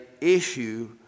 issue